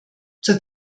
zur